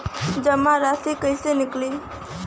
जमा राशि कइसे निकली?